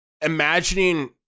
imagining